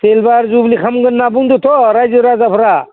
silver jubilee खालामगोन होनना बुंदोथ' राइजो राजाफ्रा